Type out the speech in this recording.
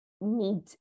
need